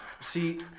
See